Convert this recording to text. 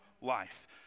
life